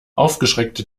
aufgeschreckte